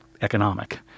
economic